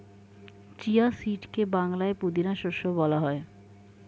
chia সিডকে বাংলায় পুদিনা শস্য বলা হয়